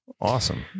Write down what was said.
Awesome